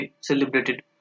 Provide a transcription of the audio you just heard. celebrated